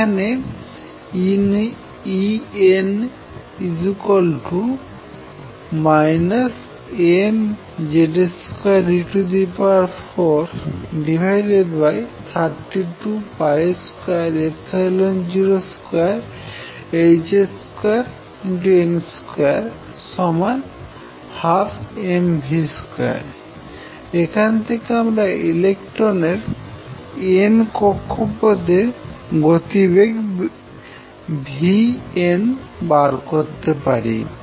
এখানে En mZ2e432202h2n2 12mv2 এখান থেকে আমরা ইলেকট্রনের n কক্ষপথে গতিবেগ vn বার করতে পারি